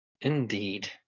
Indeed